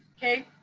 ok,